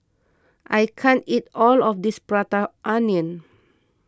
I can't eat all of this Prata Onion